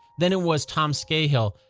then it was tom skeyhill,